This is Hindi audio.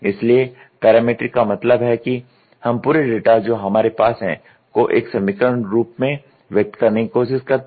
इसलिए पैरामीट्रिक का मतलब है कि हम पूरे डेटा जो हमारे पास है को एक समीकरण रूप में व्यक्त करने की कोशिश करते हैं